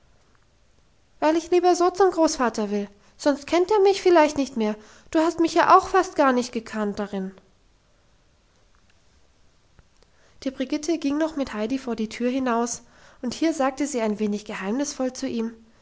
weil ich lieber so zum großvater will sonst kennt er mich vielleicht nicht mehr du hast mich ja auch fast nicht gekannt darin die brigitte ging noch mit heidi vor die tür hinaus und hier sagte sie ein wenig geheimnisvoll zu ihm